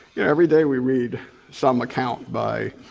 yeah every day we read some account by